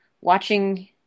watching